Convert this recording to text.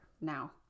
now